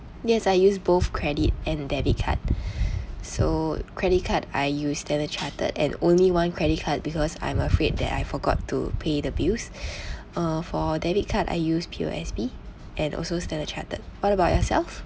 yes I use both credit and debit card so credit card I use Standard Chartered and only one credit card because I'm afraid that I forgot to pay the bills uh for debit card I use P_O_S_B and also Standard Chartered what about yourself